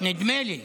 נדמה לי.